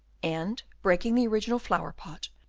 and, breaking the original flower-pot,